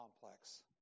complex